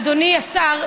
אדוני השר,